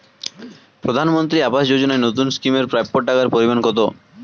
প্রধানমন্ত্রী আবাস যোজনায় নতুন স্কিম এর প্রাপ্য টাকার পরিমান কত?